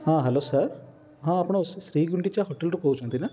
ହଁ hello sir ହଁ ଆପଣ ଶ୍ରୀ ଗୁଣ୍ଡିଚା ହୋଟେଲ୍ରୁ କହୁଛନ୍ତି ନା